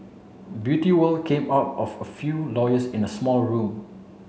beauty world came out of a few lawyers in a small room